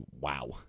wow